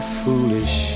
foolish